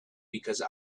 because